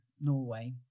Norway